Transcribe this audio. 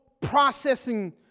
processing